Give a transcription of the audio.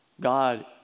God